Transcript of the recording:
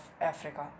africa